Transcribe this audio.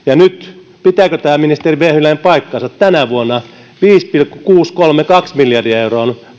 ja nyt pitääkö tämä ministeri vehviläinen paikkansa tänä vuonna viisi pilkku kuusisataakolmekymmentäkaksi miljardia euroa on